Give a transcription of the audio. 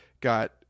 got